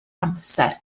amser